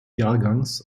jahrgangs